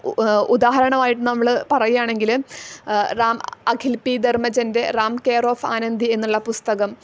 ഉദാഹരണമായി നമ്മൾ പറയുക ആണെങ്കിൽ റാം അഖിൽ പി ധർമ്മജൻ്റെ റാം കെയർ ഒഫ് ആനന്ദി എന്നുള്ള പുസ്തകം